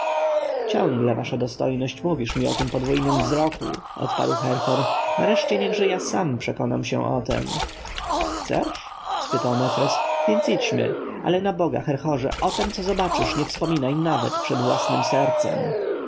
ciągle wasza dostojność mówisz mi o tym podwójnym wzroku odparł herhor nareszcie niechże ja sam przekonam się o tem chcesz spytał mefres więc idźmy ale na bogi herhorze o tem co zobaczysz nie wspominaj nawet przed własnem sercem